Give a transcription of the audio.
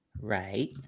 right